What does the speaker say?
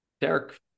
Derek